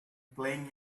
playing